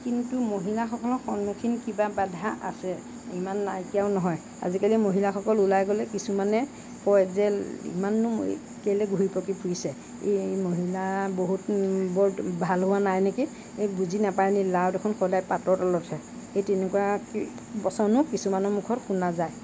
কিন্তু মহিলাসকলৰ সন্মুখীন কিবা বাধা আছে ইমান নাইকিয়াও নহয় আজিকালি মহিলাসকল ওলাই গ'লে কিছুমানে কয় যে ইমাননো কেলৈ ঘূৰি পকি ফুৰিছে এই মহিলা বহুত বৰ ভাল হোৱা নাই নেকি এই বুজি নাপায় নেকি 'লাও সদায় পাতৰ তলতহে' এই তেনেকুৱা বচনো কিছুমানৰ মুখত শুনা যায়